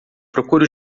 procure